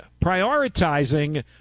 prioritizing